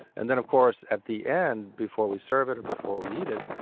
and then, of course, at the end before we serve it or before we eat it,